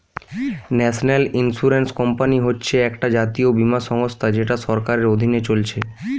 national insurance company হচ্ছে একটা জাতীয় বীমা সংস্থা যেটা সরকারের অধীনে চলছে